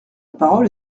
parole